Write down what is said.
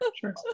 sure